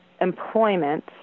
Employment